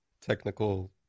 technical